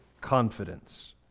confidence